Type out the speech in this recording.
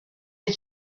est